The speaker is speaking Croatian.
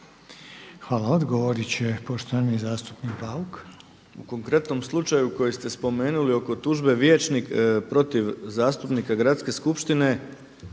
Hvala. Odgovorit će poštovani zastupnik Bauk. **Bauk, Arsen (SDP)** U konkretnom slučaju koji ste spomenuli oko tužbe vijećnik protiv zastupnika gradske skupštine,